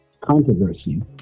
controversy